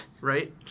Right